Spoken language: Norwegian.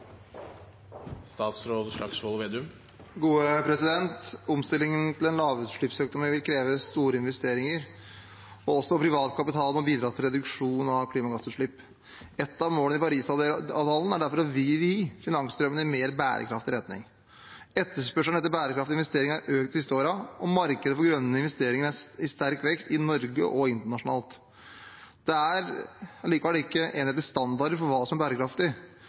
Omstillingen til en lavutslippsøkonomi vil kreve store investeringer, og også privat kapital må bidra til reduksjon av klimagassutslipp. Et av målene i Parisavtalen er derfor å vri finansstrømmene i en mer bærekraftig retning. Etterspørselen etter bærekraftige investeringer har økt de siste årene, og markedet for grønne investeringer er i sterk vekst i Norge og internasjonalt. Det er allikevel ikke enhetlige standarder for hva som er bærekraftig,